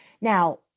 Now